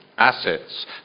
Assets